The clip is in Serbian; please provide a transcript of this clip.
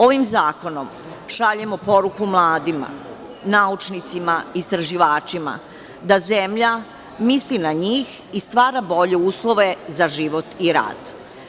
Ovim zakonom šaljemo poruku mladima, naučnicima, istraživačima da zemlja misli na njih i stvara bolje uslove za život i rad.